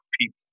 people